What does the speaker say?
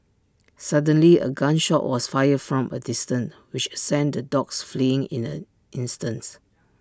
suddenly A gun shot was fired from A distance which sent the dogs fleeing in an instants